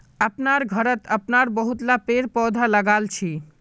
अपनार घरत हमरा बहुतला पेड़ पौधा लगाल छि